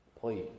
Please